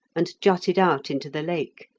and jutted out into the lake,